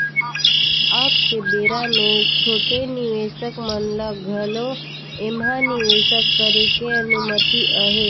अब के बेरा मे छोटे निवेसक मन ल घलो ऐम्हा निवेसक करे के अनुमति अहे